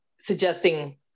suggesting